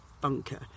bunker